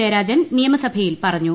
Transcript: ജയരാജൻ നിയമസഭയിൽ പറഞ്ഞു